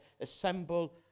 assemble